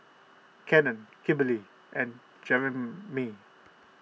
Cannon Kimberly and Jeremey